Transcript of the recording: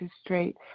straight